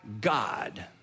God